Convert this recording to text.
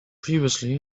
previously